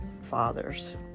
fathers